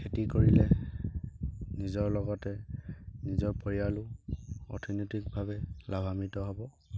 খেতি কৰিলে নিজৰ লগতে নিজৰ পৰিয়ালো অৰ্থনৈতিকভাৱে লাভান্বিত হ'ব